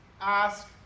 ask